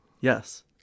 Yes